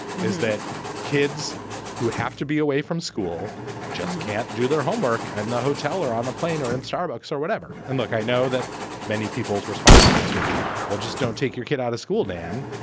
is that kids who have to be away from school just can't do their homework. and the hotel or on the plane or in starbucks or whatever. and look, i know that many people's response to this will be we'll just don't take your kid out of school, dan.